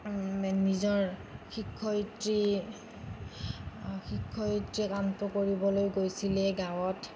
নিজৰ শিক্ষয়ত্ৰী শিক্ষয়ত্ৰী কামটো কৰিবলৈ গৈছিলে গাঁৱত